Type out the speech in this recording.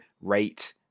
rate